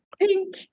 pink